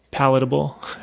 palatable